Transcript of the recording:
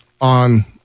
on